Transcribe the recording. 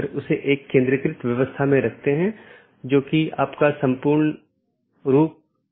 यदि स्रोत या गंतव्य में रहता है तो उस विशेष BGP सत्र के लिए ट्रैफ़िक को हम एक स्थानीय ट्रैफ़िक कहते हैं